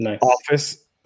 office